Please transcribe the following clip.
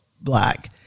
black